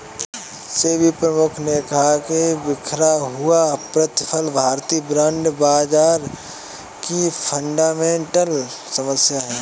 सेबी प्रमुख ने कहा कि बिखरा हुआ प्रतिफल भारतीय बॉन्ड बाजार की फंडामेंटल समस्या है